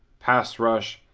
pass rush,